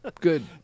good